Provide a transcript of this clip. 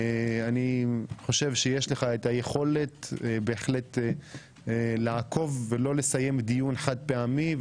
אני חושב שיש לך את היכולת בהחלט לעקוב ולא לסיים דיון חד פעמי,